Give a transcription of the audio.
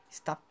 Está